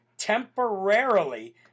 temporarily